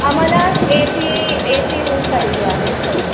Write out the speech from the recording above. आम्हाला A C A C room पाहिजे आहे सर